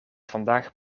vandaag